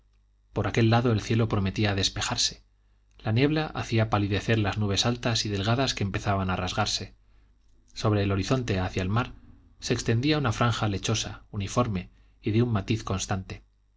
por aquel lado el cielo prometía despejarse la niebla hacía palidecer las nubes altas y delgadas que empezaban a rasgarse sobre el horizonte hacia el mar se extendía una franja lechosa uniforme y de un matiz constante